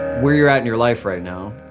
where you're at in your life right now,